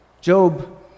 Job